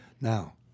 now